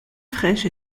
fraîche